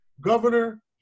governor